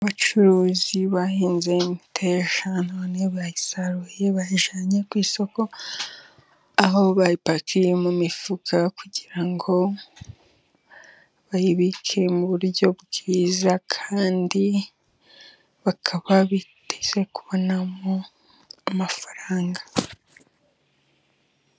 Abacuruzi bahinze imiteja none bayisaruye bayijyanye ku isoko , aho bayipakiye mu mifuka kugira ngo bayibike mu buryo bwiza kandi bakaba biteze kubonamo amafaranga.